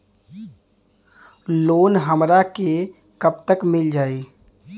Loan हमरा के कब तक मिल जाई?